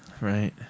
Right